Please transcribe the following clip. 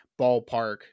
ballpark